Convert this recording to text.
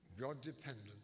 God-dependent